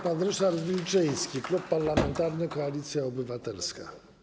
Pan poseł Ryszard Wilczyński, Klub Parlamentarny Koalicja Obywatelska.